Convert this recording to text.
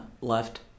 left